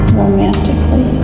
romantically